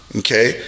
okay